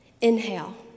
Inhale